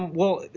well,